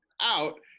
out